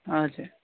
हजुर